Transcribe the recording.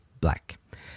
black